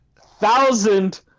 thousand